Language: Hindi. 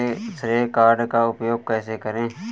श्रेय कार्ड का उपयोग कैसे करें?